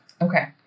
Okay